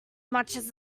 much